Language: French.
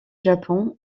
japon